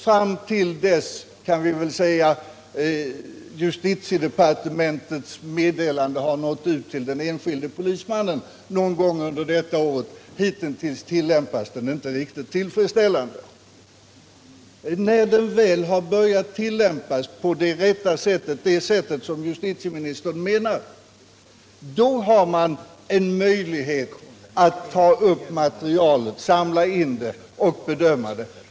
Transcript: Fram till dess att justitiedepartementets meddelande har nått ut till den enskilde polismannen, vi kan väl säga någon gång under detta år, tillämpas den inte riktigt tillfredsställande. När den väl har börjat tillämpas på det rätta sättet, det som justitieministern menar, då har man en möjlighet att ta upp materialet, samla in det och bedöma det.